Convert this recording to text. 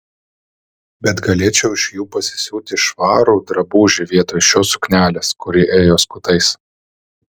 bet galėčiau iš jų pasisiūti švarų drabužį vietoj šios suknelės kuri ėjo skutais